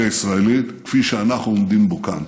הישראלית כפי שאנחנו עומדים בו כאן.